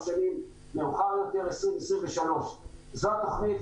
שנים מאוחר יותר 2033. זו התכנית,